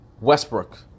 Westbrook